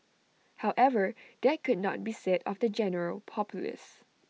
however that could not be said of the general populace